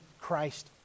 Christ